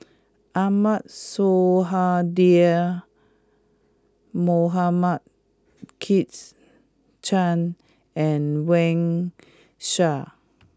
Ahmad Sonhadji Mohamad Kit Chan and Wang Sha